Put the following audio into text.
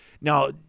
Now